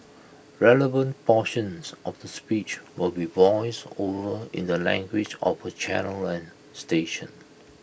relevant portions of the speech will be voiced over in the language of the channel and station